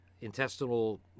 intestinal